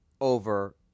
over